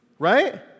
Right